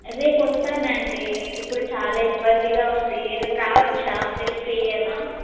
రేపు వస్తాను అండి ఇప్పుడు చాలా ఇబ్బందిగా ఉంది ఈ రేపు రావచ్చా మీరు ఫ్రీయేనా